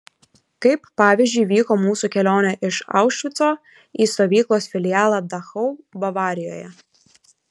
kaip pavyzdžiui vyko mūsų kelionė iš aušvico į stovyklos filialą dachau bavarijoje